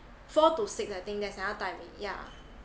four to six I think there's another timing yeah